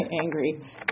angry